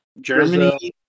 Germany